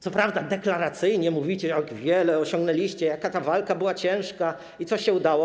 Co prawda, deklaracyjnie mówicie, jak wiele osiągnęliście, jaka ta walka była ciężka i co się udało.